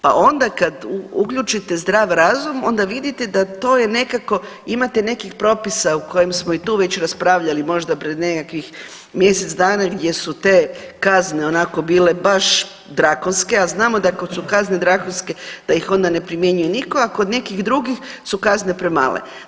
Pa onda kad uključite zdrav razum onda vidite da to je nekako, imate nekih propisa o kojim smo i tu već raspravljali možda pred nekakvih mjesec dana, gdje su te kazne onako bile baš drakonske, a znamo da ako su kazne drakonske, da ih onda ne primjenjuje nitko, a kod nekih drugih su kazne premale.